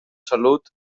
salut